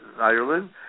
ireland